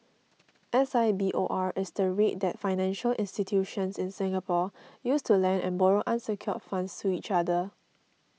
S I B O R is the rate that financial institutions in Singapore use to lend and borrow unsecured funds to each other